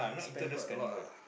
spend quite a lot ah